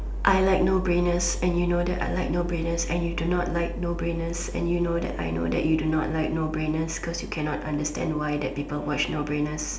I like no brainers and you know that and you know I like no brainers and you do not like no brainers and you know that I know that you do not like no brainers cause you cannot understand why people watch no brainers